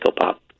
Pop